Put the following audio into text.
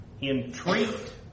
entreat